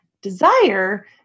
Desire